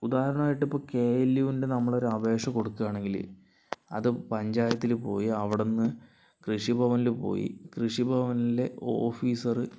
ഉദാഹരണമായിട്ട് ഇപ്പോൾ K L യുവിന്റെ നമ്മൾ ഒരു അപേക്ഷ കൊടുക്കുകയാണെങ്കിൽ അത് പഞ്ചായത്തിൽ പോയി അവിടെ നിന്ന് കൃഷിഭവനിൽ പോയി കൃഷിഭവനിലെ ഓഫീസർ